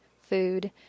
food